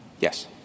Yes